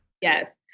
Yes